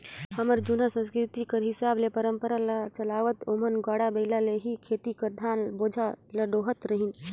हमर जुनहा संसकिरती कर हिसाब ले परंपरा ल चलावत ओमन गाड़ा बइला ले ही खेत कर धान बोझा ल डोहत रहिन